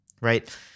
right